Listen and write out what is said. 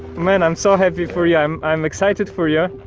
man, i'm so happy for you, i'm i'm excited for you!